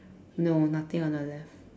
no nothing on the left